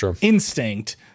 instinct